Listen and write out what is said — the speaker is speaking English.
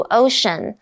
ocean